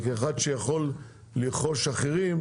וכאחד שיכול לרכוש אחרים,